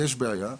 יש בעיה,